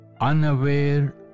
Unaware